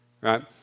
right